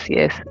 yes